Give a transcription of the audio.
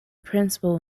principal